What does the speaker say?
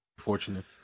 Fortunate